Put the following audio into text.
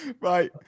Right